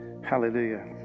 Hallelujah